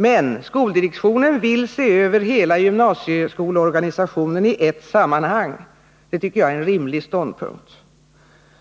Men skoldirektionen vill se över hela gymnasieskolorganisationen i ett sammanhang. Det tycker jag är en rimlig ståndpunkt.